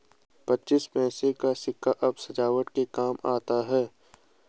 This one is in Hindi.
पच्चीस पैसे का सिक्का अब सजावट के काम आता है